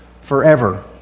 forever